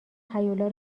هیولا